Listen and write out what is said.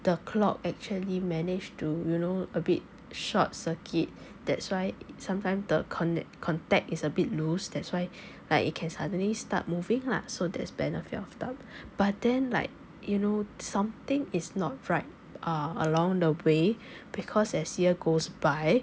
the clock actually managed to you know a bit short circuit that's why sometime the con~ contact is a bit loose that's why like it can suddenly start moving lah so there's benefit of doubt but then like you know something is not right uh along the way because as year goes by